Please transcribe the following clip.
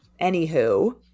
anywho